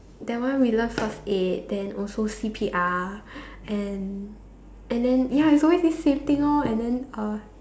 that one we learn first aid then also C_P_R and and then ya it's always this same thing lor and then uh